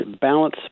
balance